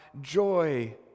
joy